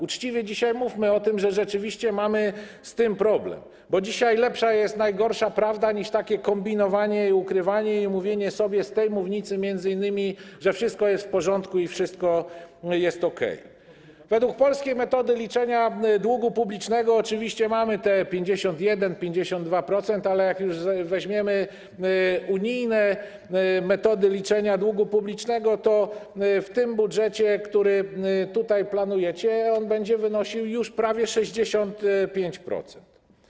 Uczciwie dzisiaj mówmy o tym, że rzeczywiście mamy z tym problem, bo dzisiaj lepsza jest najgorsza prawda niż takie kombinowanie i ukrywanie, i mówienie sobie z tej mównicy m.in., że wszystko jest w porządku i wszystko jest ok. Według polskiej metody liczenia długu publicznego oczywiście mamy te 51%, 52%, ale jak już zastosujemy unijne metody liczenia długu publicznego, to w tym budżecie, który planujecie, on będzie wynosił już prawie 65%.